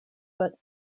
but